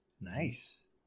Nice